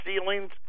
ceilings